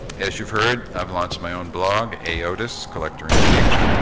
as you've heard, i've launched my own blog, aotus collector in chief,